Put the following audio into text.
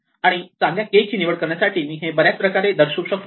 आणि चांगल्या K ची निवड करण्यासाठी मी हे बऱ्याच प्रकारे दर्शवू शकतो